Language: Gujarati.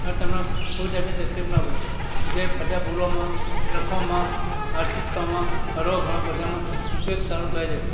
અને તમને કોઈ જાતની તકલીફ ના પડે ગુજરાતી ભાષા બોલવામાં લખવામાં વાતચીત કરવામાં હરવા ફરવા બધામાં ઉપયોગ સારો થાય છે